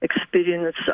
experience